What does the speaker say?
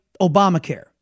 Obamacare